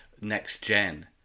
next-gen